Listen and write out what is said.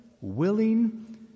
willing